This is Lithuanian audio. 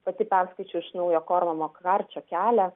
pati perskaičiau iš naujo kormano kvarčio kelią